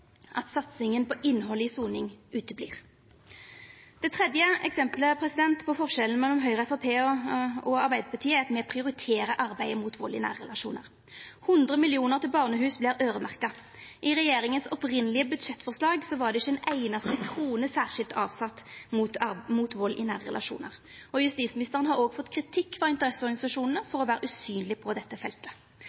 at satsinga på innhald i soninga ikkje vert noko av. Det tredje eksempelet på forskjellen mellom Høgre og Framstegspartiet og Arbeidarpartiet er at me prioriterer arbeidet mot vald i nære relasjonar. 100 mill. kr til barnehus vert øyremerkte. I det opphavlege budsjettforslaget til regjeringa var det ikkje sett av ei einaste krone særskilt mot vald i nære relasjonar, og justisministeren har òg fått kritikk frå interesseorganisasjonane for å vera usynleg på dette feltet.